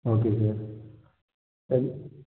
okay sir